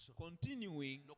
continuing